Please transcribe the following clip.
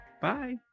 Bye